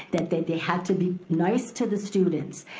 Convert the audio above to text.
that they they had to be nice to the students.